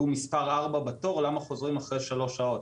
מספר 4 בתור לפי תורו ולא תוך שלוש שעות,